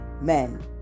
men